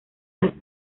las